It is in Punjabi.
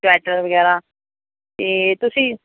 ਸਵੈਟਰ ਵਗੈਰਾ ਅਤੇ ਤੁਸੀਂ